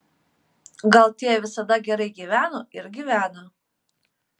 gal tie visada gerai gyveno ir gyvena